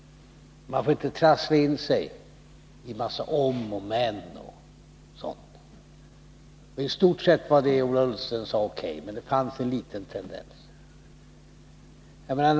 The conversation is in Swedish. Man får inte trassla in sig i en massa om och men. I stort var det som Ola Ullsten sade O.K., men det fanns en liten tendens i annan riktning.